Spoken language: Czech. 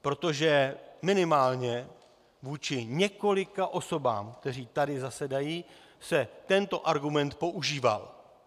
Protože minimálně vůči několika osobám, které tady zasedají, se tento argument používal.